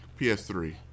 PS3